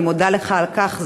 ואני מודה לך על כך,